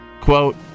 Quote